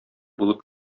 булып